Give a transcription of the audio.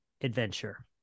adventure